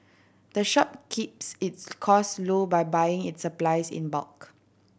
the shop keeps its cost low by buying its supplies in bulk